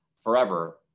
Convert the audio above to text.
forever